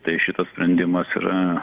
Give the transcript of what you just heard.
tai šitas sprendimas yra